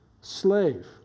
slave